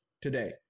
today